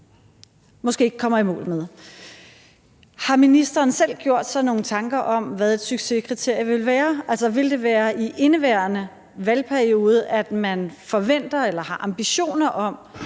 måske ikke kommer i mål med. Har ministeren selv gjort sig nogen tanker om, hvad et succeskriterie vil være? Altså, vil det være i indeværende valgperiode, at man forventer eller har ambitioner om